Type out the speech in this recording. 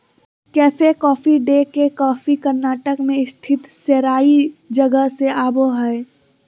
cafe coffee day के coffee Karnataka मे स्थित सेराई जगह से आवो हय